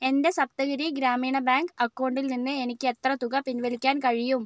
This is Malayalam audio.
എൻ്റെ സപ്തഗിരി ഗ്രാമീണ ബാങ്ക് അക്കൗണ്ടിൽ നിന്ന് എനിക്ക് എത്ര തുക പിൻവലിക്കാൻ കഴിയും